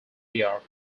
york